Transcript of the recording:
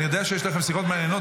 אני יודע שיש לכם שיחות מעניינות,